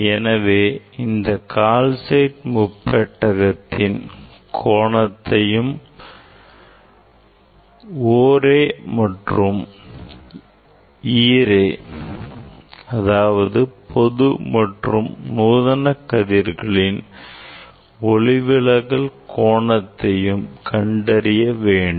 எனவே இந்த கால்சைட் முப்பெட்டகத்தின் கோணத்தையும் O ray and E ray பொது மற்றும் நூதன கதிர்களின் ஒளிவிலகல் கோணத்தையும் கண்டறிய வேண்டும்